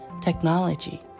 technology